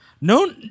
no